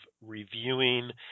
reviewing